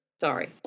Sorry